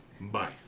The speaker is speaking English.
Bye